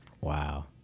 Wow